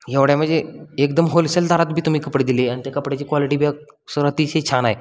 एवढ्या म्हणजे एकदम होलसेल दरात बी तुम्ही कपडे दिले आणि त्या कपड्याची क्वालिटी बी सर अतिशय छान आहे